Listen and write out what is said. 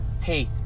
hey